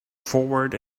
forward